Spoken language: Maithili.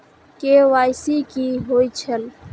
के.वाई.सी कि होई छल?